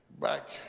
back